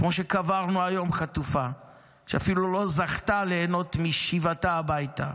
כמו שקברנו היום חטופה שאפילו לא זכתה ליהנות משיבתה הביתה,